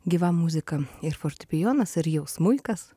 gyva muzika ir fortepijonas ar jau smuikas